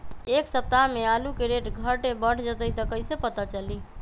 एक सप्ताह मे आलू के रेट घट ये बढ़ जतई त कईसे पता चली?